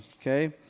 okay